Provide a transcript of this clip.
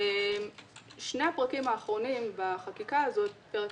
שני הפרקים האחרונים בחקיקה הזאת פרק